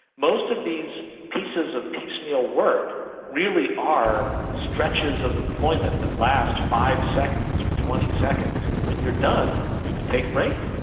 most of these pieces of piecemeal work really are stretches of employment that last five seconds or twenty seconds, and when you're done you can take a break,